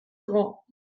grands